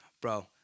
Bro